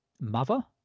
mother